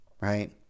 right